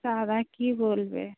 দাদা কি বলবে